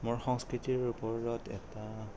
সংস্কৃতিৰ ওপৰত এটা